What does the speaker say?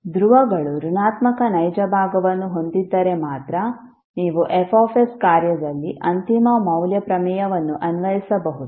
ಧ್ರುವಗಳು ಋಣಾತ್ಮಕ ನೈಜ ಭಾಗವನ್ನು ಹೊಂದಿದ್ದರೆ ಮಾತ್ರ ನೀವು Fs ಕಾರ್ಯದಲ್ಲಿ ಅಂತಿಮ ಮೌಲ್ಯ ಪ್ರಮೇಯವನ್ನು ಅನ್ವಯಿಸಬಹುದು